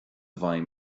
bhfeidhm